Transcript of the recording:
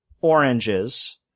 oranges